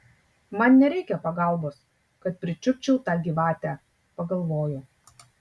man nereikia pagalbos kad pričiupčiau tą gyvatę pagalvojo